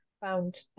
found